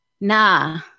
nah